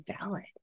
valid